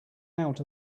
out